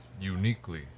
uniquely